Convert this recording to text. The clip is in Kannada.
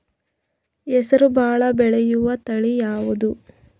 ಹೆಸರು ಭಾಳ ಬೆಳೆಯುವತಳಿ ಯಾವದು?